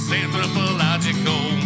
anthropological